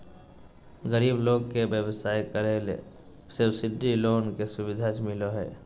गरीब लोग के व्यवसाय करे ले सब्सिडी लोन के सुविधा मिलो हय